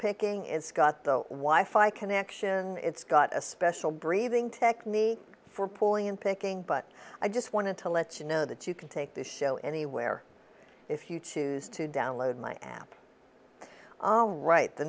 picking it's got the wife i connection it's got a special breathing technique for pulling in picking but i just wanted to let you know that you can take this show anywhere if you choose to download my app right the